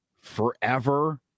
forever